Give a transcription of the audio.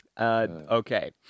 Okay